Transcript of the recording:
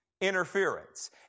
interference